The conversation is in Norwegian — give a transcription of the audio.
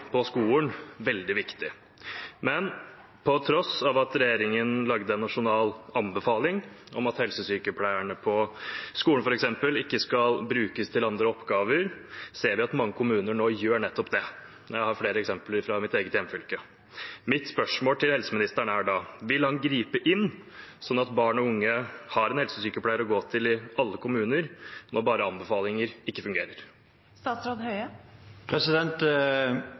på skolen veldig viktig. Men på tross av at regjeringen lagde en nasjonal anbefaling om at helsesykepleierne på skolene, f.eks., ikke skal brukes til andre oppgaver, ser vi at mange kommuner nå gjør nettopp det. Jeg har flere eksempler på det fra mitt eget hjemfylke. Mitt spørsmål til helseministeren er da: Vil han gripe inn, slik at barn og unge har en helsesykepleier å gå til i alle kommuner, når bare anbefalinger ikke